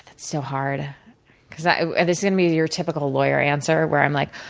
so hard because i this is gonna be your typical lawyer answer, where i'm like,